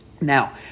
Now